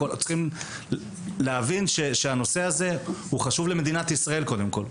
אנחנו צריכים להבין שהנושא הזה חשוב למדינת ישראל קודם כל.